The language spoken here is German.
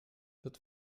wird